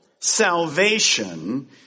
salvation